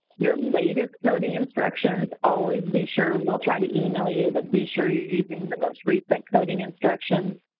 your latest coding instructions, always be sure, we'll try to email you but be sure you're using the most recent coding instructions.